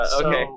okay